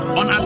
on